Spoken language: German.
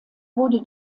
wurde